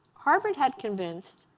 harvard had convinced